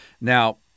Now